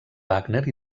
wagner